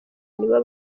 nibo